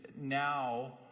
now